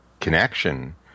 connection